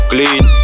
Clean